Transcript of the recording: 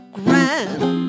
grand